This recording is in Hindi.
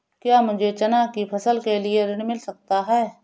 क्या मुझे चना की फसल के लिए ऋण मिल सकता है?